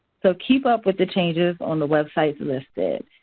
so keep up with the changes on the web sites listed.